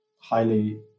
highly